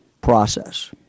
process